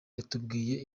yatubwiye